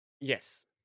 Yes